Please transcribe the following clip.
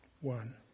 one